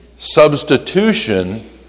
substitution